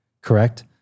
correct